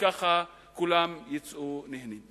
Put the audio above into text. וכך כולם יצאו נהנים.